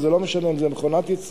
וזה לא משנה אם זה מכונת ייצור,